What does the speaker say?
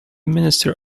minister